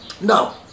No